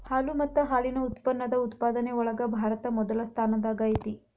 ಹಾಲು ಮತ್ತ ಹಾಲಿನ ಉತ್ಪನ್ನದ ಉತ್ಪಾದನೆ ಒಳಗ ಭಾರತಾ ಮೊದಲ ಸ್ಥಾನದಾಗ ಐತಿ